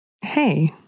Hey